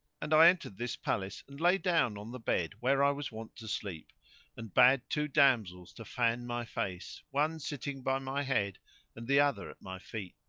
and i entered this palace and lay down on the bed where i was wont to sleep and bade two damsels to fan my face, one sitting by my head and the other at my feet.